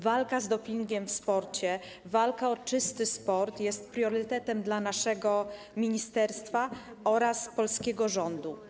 Walka z dopingiem w sporcie, walka o czysty sport jest priorytetem dla naszego ministerstwa oraz polskiego rządu.